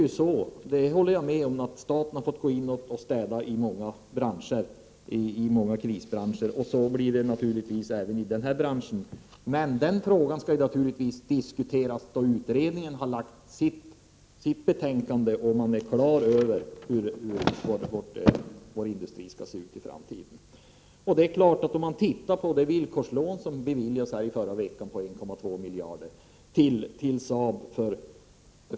Jag håller med om att staten har fått gå in och städa i många krisbranscher. Så blir det naturligtvis också i denna bransch. Men den frågan skall diskuteras då utredningen lagt fram sitt förslag och man är klar över hur vår industri skall se ut i framtiden. Om man tittar på det villkorslån som beviljades i förra veckan till Saab på 1,2 miljarder kr.